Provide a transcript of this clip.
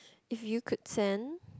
if you could send